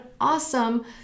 awesome